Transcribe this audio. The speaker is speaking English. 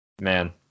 man